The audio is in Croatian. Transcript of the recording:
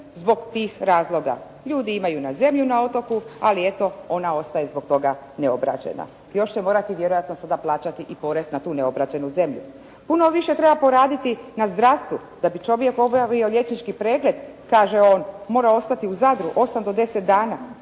zbog tih razloga. Ljudi imaju na, zemlju na otoku ali eto ona ostaje zbog toga neobrađena. Još će morati vjerojatno sada plaćati i porez na tu neobrađenu zemlju. Puno više treba poraditi na zdravstvu. Da bi čovjek obavio liječnički pregled, kaže on, mora ostati u Zadru 8 do 10 dana.